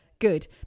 Good